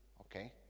Okay